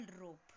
rope